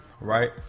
right